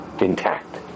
intact